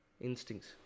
instincts